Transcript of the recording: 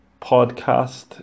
podcast